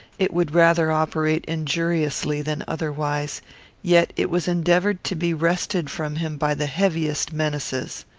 it would rather operate injuriously than otherwise yet it was endeavoured to be wrested from him by the heaviest menaces.